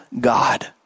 God